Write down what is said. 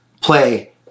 play